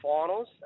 finals